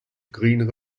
green